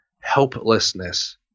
helplessness